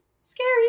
Scary